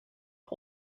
are